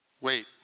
Wait